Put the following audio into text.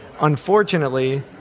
unfortunately